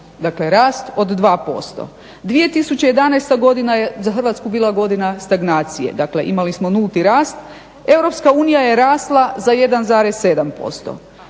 ostvaren rast od 2%. 2011. godina je za Hrvatsku bila godina stagnacije. Dakle, imali smo nulti rast. EU je rasla za 1,7%.